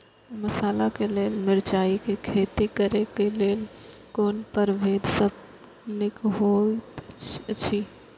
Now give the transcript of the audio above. मसाला के लेल मिरचाई के खेती करे क लेल कोन परभेद सब निक होयत अछि?